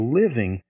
living